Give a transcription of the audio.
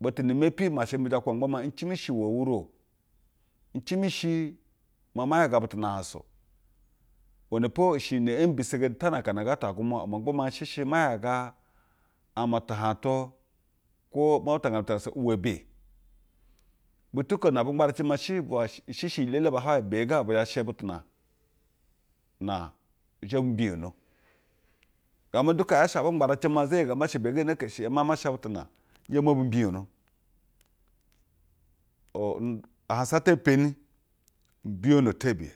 Butu na mepi mash mi zhe kwaba ma gba ncimi shi iwe wuru o. N cimi shi maa ma yaga butu na ahansa o. Iwene po ishe iyi ne ɛɛ mbisegeni taana akana ngaa ta gwumwa ma gba maa nsheshe ma yaga amɛ tu hagtu kwo ma untangana butu na ahansa uwe beyi. Butu ko na abu ngarace maa she bwa shɛ, shɛ shɛ iyi elele ba hwaye, beyi ga bi zhe sha butu na na zhe bumbiyono. Gamba du kaa yaa shɛ abungbara ɛɛ maa za iyi ngee zhe ma sha beyi ga o, neke shi gamba nzhe ma sha butu na zhe mo bu mbiyono. Uu um, ahansa ata ee mpeni mbiyono tebiye